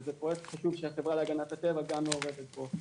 שזה פרויקט חשוב שהחברה להגנת הטבע גם מעורבת בו.